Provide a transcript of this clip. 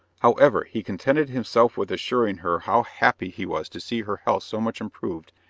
however he contented himself with assuring her how happy he was to see her health so much improved,